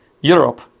Europe